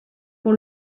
pour